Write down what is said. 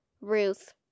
Ruth